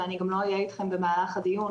ואני גם לא אהיה אתכם במהלך הדיון,